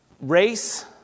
race